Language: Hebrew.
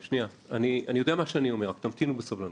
אני יודע מה שאני אומר, תמתינו בסבלנות.